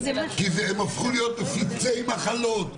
כי הם הפכו להיות מפיצי מחלות,